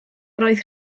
roedd